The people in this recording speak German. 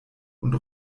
und